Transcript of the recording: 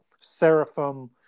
Seraphim